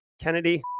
Kennedy